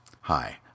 Hi